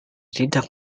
tidak